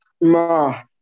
Ma